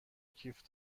کیف